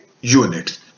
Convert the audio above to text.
units